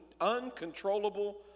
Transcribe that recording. uncontrollable